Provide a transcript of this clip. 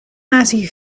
azië